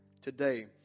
today